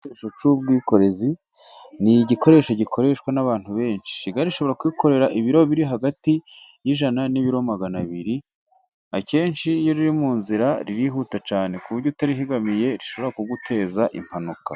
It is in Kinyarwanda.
Igikoresho cy'ubwikorezi, ni igikoresho gikoreshwa n'abantu benshi, igare rishobora kwikorera ibiro biri hagati y'ijana n'ibiro magana abiri, akenshi iyo riri mu nzira ririhuta cyane ku buryo utarihigamiye rishobora kuguteza impanuka.